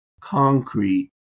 concrete